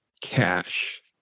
cash